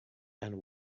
and